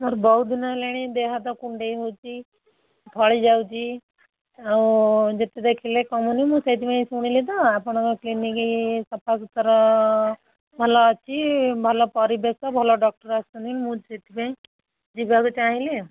ମୋର ବହୁତ ଦିନ ହେଲାଣି ଦେହ ହାତ କୁଣ୍ଡେଇ ହେଉଛି ଫଳି ଯାଉଛି ଆଉ ଯେତେ ଦେଖିଲେ କମୁନି ମୁଁ ସେଇଥିପାଇଁ ଶୁଣିଲି ତ ଆପଣଙ୍କ କ୍ଲିନିକ୍ ସଫାସୁୁତୁରା ଭଲ ଅଛି ଭଲ ପରିବେଶ ଭଲ ଡକ୍ଟର ଅଛନ୍ତି ମୁଁ ସେଥିପାଇଁ ଯିବାକୁ ଚାହିଁଲିି